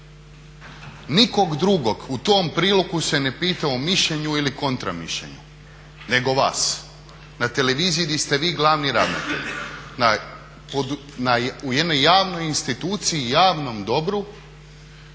Nikog drugog u tom prilogu se ne pita o mišljenju ili kontra mišljenju nego vas, na televiziji gdje ste vi glavni ravnatelj u jednoj javnoj instituciji i javnom dobru